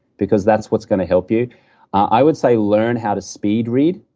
because that's what's going to help you i would say learn how to speed read.